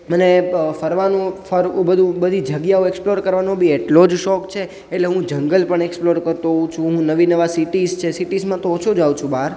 મને ફરવાનું ફરવું બધું બધી જગ્યાઓ એક્સપ્લોર કરવાનો બી એટલો જ શોખ છે એટલે હું જંગલ પણ એક્સપ્લોર કરતો હોઉં છું હું નવીનવા સીટીઝ છે સીટીઝમાં તો ઓછો જાઉં છું બહાર